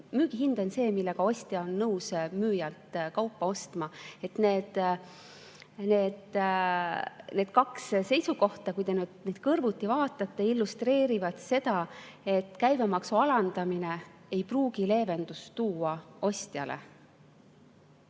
ikkagi on see, millega ostja on nõus müüjalt kaupa ostma. Need kaks seisukohta, kui te neid kõrvuti vaatate, illustreerivad seda, et käibemaksu alandamine ei pruugi leevendust tuua ostjale.